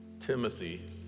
Timothy